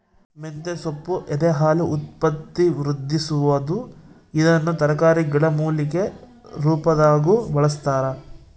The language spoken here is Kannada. ಮಂತೆಸೊಪ್ಪು ಎದೆಹಾಲು ಉತ್ಪತ್ತಿವೃದ್ಧಿಸುವದು ಇದನ್ನು ತರಕಾರಿ ಗಿಡಮೂಲಿಕೆ ರುಪಾದಾಗೂ ಬಳಸ್ತಾರ